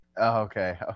okay